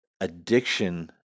addiction